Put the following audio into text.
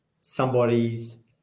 somebody's